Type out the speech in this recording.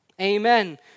amen